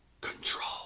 control